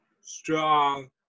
strong